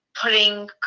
putting